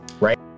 right